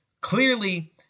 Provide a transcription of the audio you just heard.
clearly